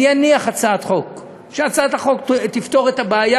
אני אניח הצעת חוק שתפתור את הבעיה,